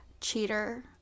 cheater